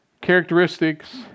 characteristics